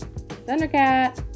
thundercat